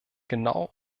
genau